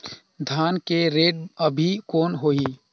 धान के रेट अभी कौन होही?